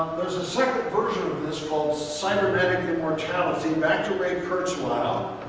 there's a second version of this called cybernetic immortality. back to ray kurzweil,